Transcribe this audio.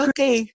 Okay